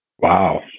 Wow